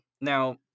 Now